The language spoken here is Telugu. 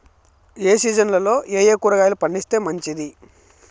ఏ సీజన్లలో ఏయే కూరగాయలు పండిస్తే మంచిది